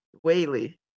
Whaley